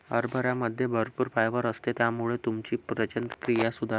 हरभऱ्यामध्ये भरपूर फायबर असते आणि त्यामुळे तुमची पचनक्रिया सुधारते